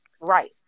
Right